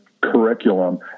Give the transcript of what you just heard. curriculum